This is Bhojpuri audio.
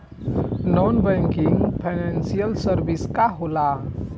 नॉन बैंकिंग फाइनेंशियल सर्विसेज का होला?